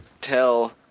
tell